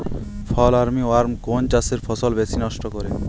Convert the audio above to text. ফল army worm কোন চাষের ফসল বেশি নষ্ট করে?